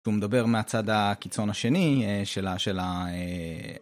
ומדבר מהצד הקיצון השני, אה, של ה- של ה- אה...